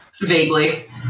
Vaguely